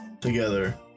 together